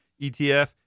ETF